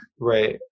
Right